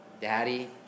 Daddy